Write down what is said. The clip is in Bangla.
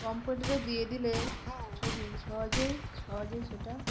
কম্পিউটারে দিয়ে দিলে ছবি সহজেই সহজেই সেটা